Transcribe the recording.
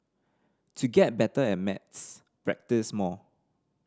to get better at maths practise more